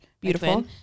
Beautiful